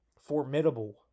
formidable